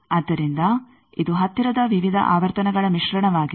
ಆದ್ದರಿಂದ ಇದು ಹತ್ತಿರದ ವಿವಿಧ ಆವರ್ತನಗಳ ಮಿಶ್ರಣವಾಗಿದೆ